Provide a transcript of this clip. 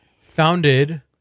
founded